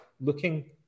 looking